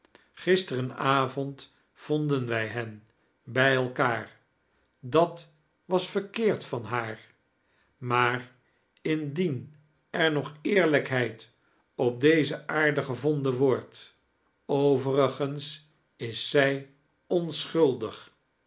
vonden wij hen bij elkaar dat was verkeerd van haar maar indien er nog eerlijkheid op deze aarde gevonden wordt overigens is zij onschuldig